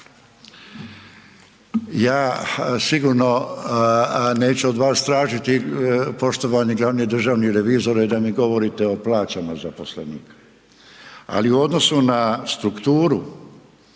ja sigurno neću od vas tražiti, poštovani glavni državni revizore da mi govorite o plaćama zaposlenika, ali u odnosu na strukturu,